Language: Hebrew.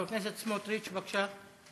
חבר הכנסת סמוטריץ, בבקשה.